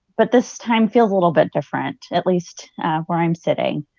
but this time feels a little bit different, at least where i am sitting.